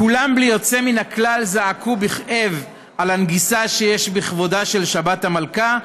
כולם בלי יוצא מן הכלל זעקו בכאב על הנגיסה שיש בכבודה של שבת המלכה,